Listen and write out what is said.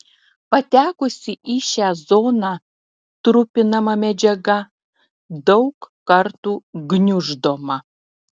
patekusi į šią zoną trupinama medžiaga daug kartų gniuždoma